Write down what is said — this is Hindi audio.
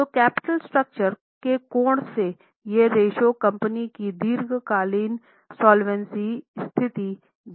तो कैपिटल स्ट्रक्चर के कोण से ये रेश्यो कंपनी की दीर्घकालिक सॉल्वेंसी स्थिति देते हैं